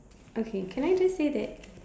okay can I just say that